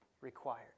required